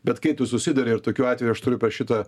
bet kai tu susiduri ir tokių atvejų aš turiu per šitą